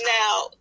Now